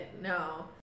No